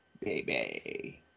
baby